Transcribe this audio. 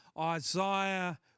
Isaiah